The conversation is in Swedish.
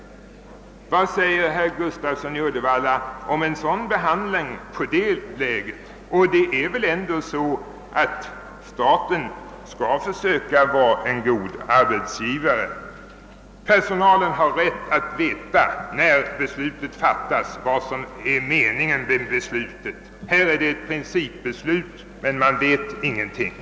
Vad säger herr Gustafsson i Uddevalla om ett sådant tillvägagångssätt? Staten skall väl ändå försöka att vara en god arbetsgivare. När ett beslut fattas har personalen rätt att veta vad det kommer att innebära. Här gäller det ett principbeslut, men man vet ingenting om vad det kommer att innebära i praktiken.